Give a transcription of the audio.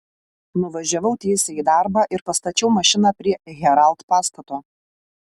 nuvažiavau tiesiai į darbą ir pastačiau mašiną prie herald pastato